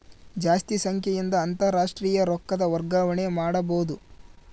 ಜಾಸ್ತಿ ಸಂಖ್ಯೆಯಿಂದ ಅಂತಾರಾಷ್ಟ್ರೀಯ ರೊಕ್ಕದ ವರ್ಗಾವಣೆ ಮಾಡಬೊದು